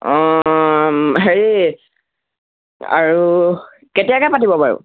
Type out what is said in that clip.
অঁ হেৰি আৰু কেতিয়াকৈ পাতিব বাৰু